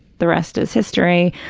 the rest his history.